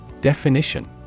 Definition